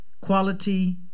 quality